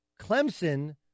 Clemson